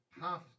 half